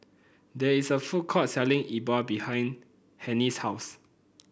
there is a food court selling E Bua behind Hennie's house